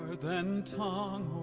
than tongue